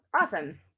Awesome